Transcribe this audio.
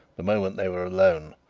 the moment they were alone,